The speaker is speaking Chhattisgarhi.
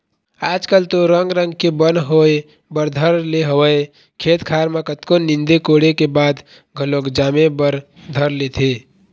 आज कल तो रंग रंग के बन होय बर धर ले हवय खेत खार म कतको नींदे कोड़े के बाद घलोक जामे बर धर लेथे